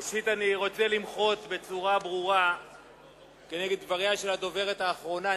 ראשית אני רוצה למחות בצורה ברורה נגד דבריה של הדוברת האחרונה,